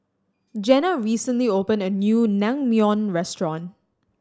Jenna recently opened a new Naengmyeon Restaurant